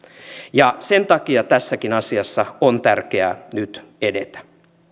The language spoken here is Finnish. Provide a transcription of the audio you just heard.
sen takia tässäkin asiassa on tärkeää nyt edetä